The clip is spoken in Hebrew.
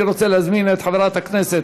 אני רוצה להזמין את חברת הכנסת